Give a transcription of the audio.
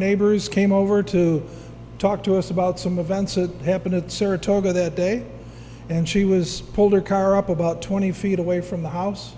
neighbors came over to talk to us about some advances happened at saratoga that day and she was pulled her car up about twenty feet away from the house